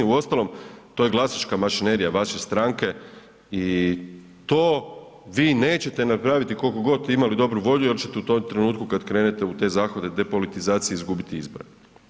Uostalom to je glasačka mašinerija vaše stranke i to vi nećete napraviti koliko god imali dobru volju jer ćete u tom trenutku kad krenete u te zahvate depolitizacije izgubiti izbore.